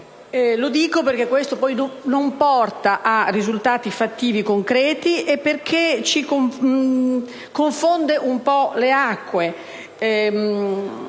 Lo dico perché questo non porta poi a risultati fattivi, concreti e confonde un po' le acque.